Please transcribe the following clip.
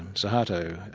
suharto,